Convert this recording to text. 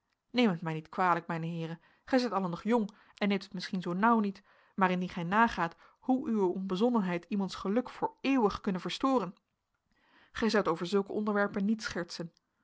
neemt het mij niet kwalijk mijne heeren gij zijt allen nog jong en neemt het misschien zoo nauw niet maar indien gij nadacht hoe uwe onbezonnenheid iemands geluk voor eeuwig kunnen verstoren gij zoudt over zulke onderwerpen niet schertsen